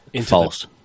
false